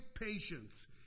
patience